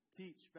teach